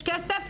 יש כסף,